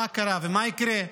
מה קרה, ומה יקרה?